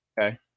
okay